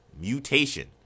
mutation